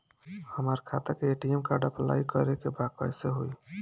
हमार खाता के ए.टी.एम कार्ड अप्लाई करे के बा कैसे होई?